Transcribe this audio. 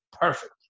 perfect